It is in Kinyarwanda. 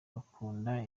bakunda